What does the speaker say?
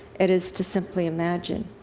it is to simply imagine.